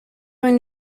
une